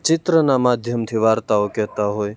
ચિત્રના માધ્યમથી વાર્તાઓ કહેતા હોય